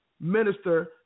minister